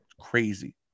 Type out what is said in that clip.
Crazy